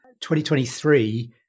2023